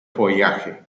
follaje